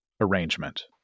arrangement